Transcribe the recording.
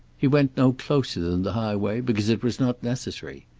he went no closer than the highway, because it was not necessary.